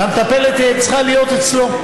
המטפלת צריכה להיות אצלו.